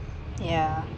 ya